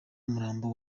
umurambo